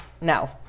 no